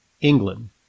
England